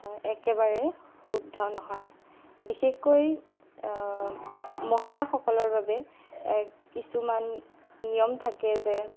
একেবাৰে শুদ্ধ নহয় বিশেষকৈ মহিলাসকলৰ বাবে এক কিছুমান নিয়ম থাকে যে